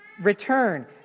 return